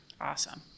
Awesome